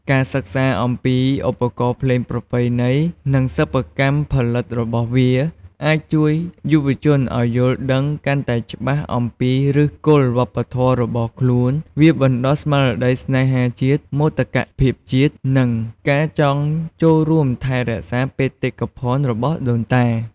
ការសិក្សាអំពីឧបករណ៍ភ្លេងប្រពៃណី និងសិប្បកម្មផលិតរបស់វា អាចជួយយុវជនឱ្យយល់ដឹងកាន់តែច្បាស់អំពីឫសគល់វប្បធម៌របស់ខ្លួន វាបណ្តុះស្មារតីស្នេហាជាតិ មោទកភាពជាតិ និងការចង់ចូលរួមថែរក្សាបេតិកភណ្ឌរបស់ដូនតា។